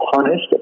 punished